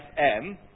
FM